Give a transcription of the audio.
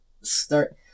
Start